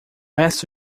resto